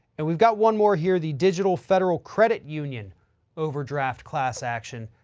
and we've got one more here. the digital federal credit union overdraft class action.